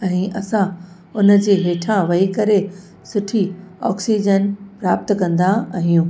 ऐं असां उन जे हेठां वेही करे सुठी ऑक्सीजन प्राप्त कंदा आहियूं